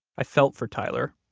i felt for tyler.